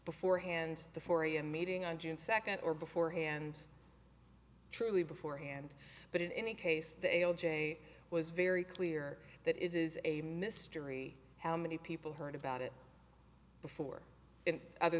beforehand the four am meeting on june second or before hand truly before hand but in any case the l j was very clear that it is a mystery how many people heard about it before and other